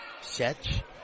Set